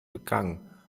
begangen